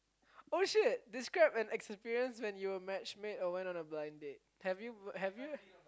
oh shit describe an experience when you were matchmade or went on a blind date have you have you